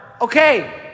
okay